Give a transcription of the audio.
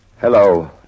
Hello